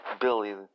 Billy